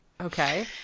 Okay